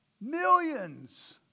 millions